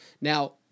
Now